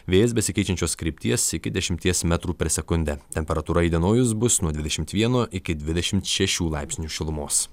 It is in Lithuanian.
vėjas besikeičiančios krypties iki dešimties metrų per sekundę temperatūra įdienojus bus nuo dvidešimt vieno iki dvidešimt šešių laipsnių šilumos